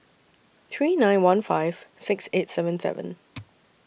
three nine one five six eight seven seven